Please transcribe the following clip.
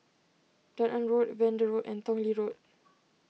Dunearn A Road Vanda Road and Tong Lee Road